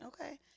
Okay